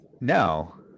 No